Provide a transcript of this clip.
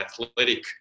athletic